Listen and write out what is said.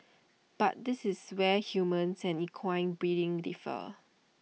but this is where humans and equine breeding differ